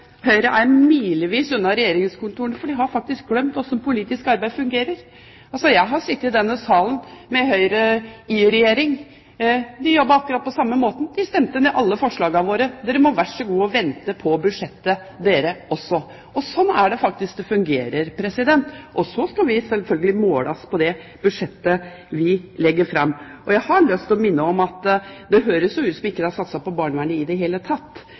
Høyre er milevis unna regjeringskontorene, for de har faktisk glemt hvordan politisk arbeid fungerer. Jeg har sittet i denne salen når Høyre har vært i regjering. De jobbet på akkurat samme måte – de stemte ned alle forslagene våre: Dere har vær så god å vente på budsjettet, dere også. Slik er det faktisk det fungerer. Så skal vi selvfølgelig måles på det budsjettet vi legger fram. Det høres jo ut som om vi ikke har satset på barnevernet i det hele tatt.